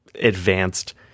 advanced